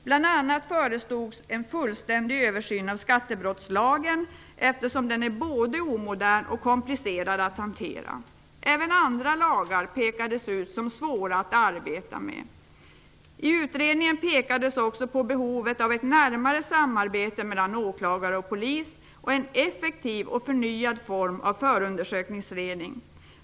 Bl.a. föreslogs en fullständig översyn av skattebrottslagen, eftersom den är både omodern och komplicerad att hantera. Även andra lagar pekades ut som svåra att arbeta med. I utredningen pekades också på behovet av ett närmare samarbete mellan åklagare och polis samt en effektiv och förnyad form av förundersökningsrutiner.